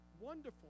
Wonderful